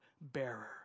bearer